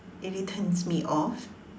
really turns me off